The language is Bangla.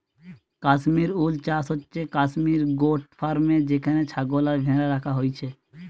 কাশ্মীর উল চাষ হচ্ছে কাশ্মীর গোট ফার্মে যেখানে ছাগল আর ভ্যাড়া রাখা হইছে